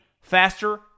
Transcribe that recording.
faster